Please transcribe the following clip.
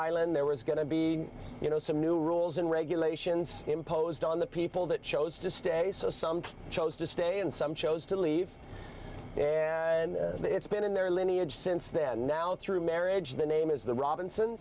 island there was going to be you know some new rules and regulations imposed on the people that chose to stay chose to stay and some chose to leave it's been in their lineage since then now through marriage the name is the robinson